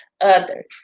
others